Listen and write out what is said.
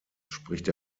spricht